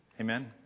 Amen